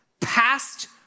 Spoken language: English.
past